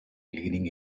leaning